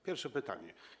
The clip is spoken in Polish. Pierwsze pytanie.